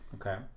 Okay